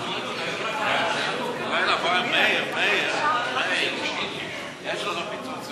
להעביר את הנושא לוועדת החינוך,